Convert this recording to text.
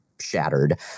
shattered